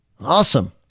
Awesome